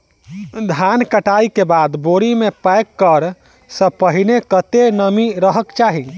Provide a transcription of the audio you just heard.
धान कटाई केँ बाद बोरी मे पैक करऽ सँ पहिने कत्ते नमी रहक चाहि?